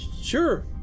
sure